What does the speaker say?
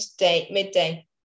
Midday